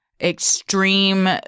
extreme